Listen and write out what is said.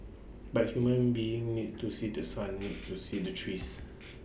but human beings need to see The Sun need to see the trees